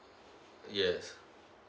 yes